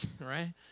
right